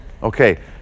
Okay